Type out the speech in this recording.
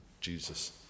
Jesus